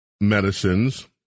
medicines